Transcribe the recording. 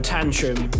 Tantrum